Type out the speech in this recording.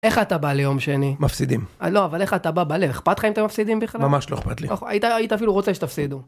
איך אתה בא ליום שני? מפסידים. אה לא, אבל איך אתה בא בלב? אכפת לך אם אתה מפסידים בכלל? ממש לא אכפת לי. היית אפילו רוצה שתפסידו.